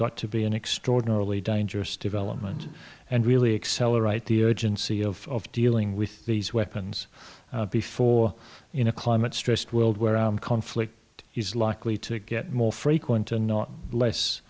got to be an extraordinarily dangerous development and really accelerate the urgency of dealing with these weapons before in a climate stressed world where conflict is likely to get more frequent and not less